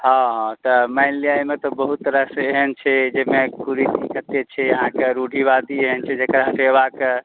हॅं हॅं तऽ मानि लिअ एहिमे तऽ बहुत तरह सऽ एहन छै जाहिमे कुरीति कतेक छै अहाँके रूढ़िवादी एहन छै जकरा हटेबाक